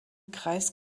kreis